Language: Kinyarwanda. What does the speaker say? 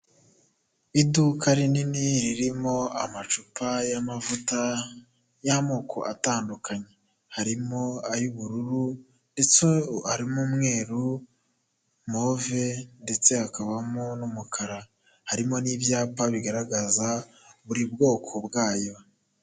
Iduka rinini ririmo amacupa y'amavuta y'amoko atandukanye, harimo ay'ubururu ndetse harimo umweru, move ndetse hakabamo n'umukara, harimo n'ibyapa bigaragaza buri bwoko bwayo.